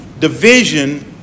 division